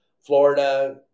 Florida